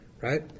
Right